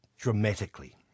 dramatically